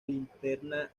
linterna